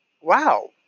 wow